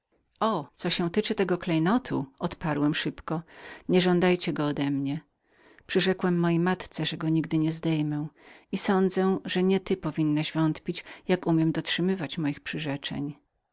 co się tyczy tego klejnotu odparłem szybko przestań mi o nim mówić przyrzekłem mojej matce że go nigdy nie opuszczę i sądzę że nie ty powinnaś wątpić jak umiem dotrzymywać moich przyrzeczeń